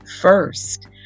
First